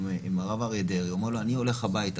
הרב אריה דרעי ואמר לו: אני הולך הביתה.